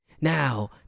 now